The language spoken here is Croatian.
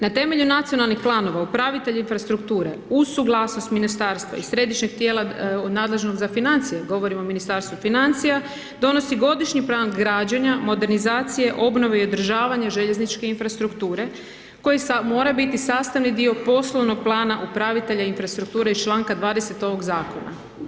Na temelju nacionalnih planova upravitelji infrastrukture uz suglasnost ministarstva i središnjeg tijela nadležnog za financije, govorim o Ministarstvu financija, donosi godišnji plan građenja, modernizacije, obnove i održavanja željezničke infrastrukture koji mora biti sastavni dio poslovnog plana upravitelja infrastrukture iz čl. 20 ovog zakona.